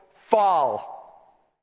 fall